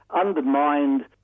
undermined